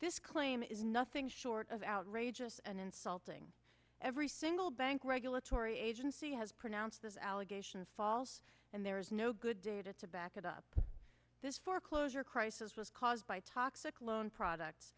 this claim is nothing short of outrageous and insulting every single bank regulatory agency has pronounced this allegation is false and there is no good data to back it up this foreclosure crisis was caused by toxic loan products